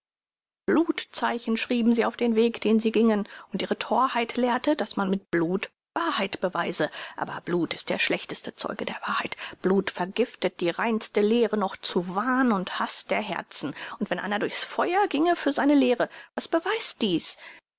blutzeichen schrieben sie auf den weg den sie giengen und ihre thorheit lehrte daß man mit blut wahrheit beweise aber blut ist der schlechteste zeuge der wahrheit blut vergiftet die reinste lehre noch zu wahn und haß der herzen und wenn einer durch's feuer gienge für seine lehre was beweist dies